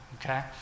Okay